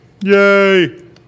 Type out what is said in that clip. Yay